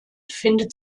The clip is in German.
findet